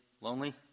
Lonely